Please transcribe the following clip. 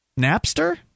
Napster